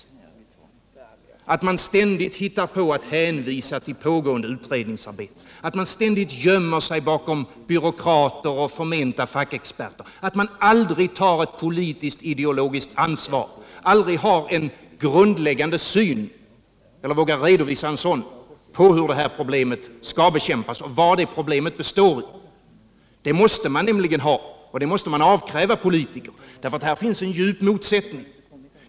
Jag opponerar mig emot att man ständigt hänvisar till pågående utredningsarbeten, att man ständigt gömmer sig bakom byråkrater och förmenta fackexperter, att man aldrig tar ett politiskt ideologiskt ansvar, aldrig har en grundläggande syn — eller vågar redovisa en sådan — på hur det här problemet skall bekämpas och vad det består i. Det måste man nämligen ha och det måste man avkräva politiker. Det föreligger här en djup motsättning.